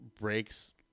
breaks